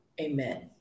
Amen